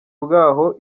bwaho